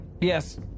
Yes